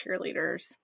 cheerleaders